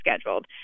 scheduled